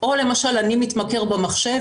לפענח רגש כמו אי סיפוק,